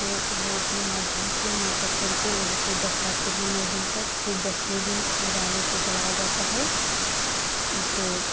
जो वो अपने माध्यम से नाटक करके लोगों को दर्शाते हैं नौ दिन तक फिर दसवें दिन रावण को जलाया जाता है तो